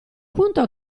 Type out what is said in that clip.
punto